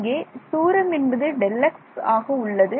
இங்கே தூரம் என்பது Δx ஆக உள்ளது